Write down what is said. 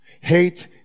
Hate